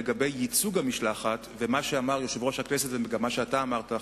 לגבי ייצוג המשלחת ומה שאמר יושב-ראש הכנסת וגם מה שאתה אמרת,